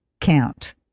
count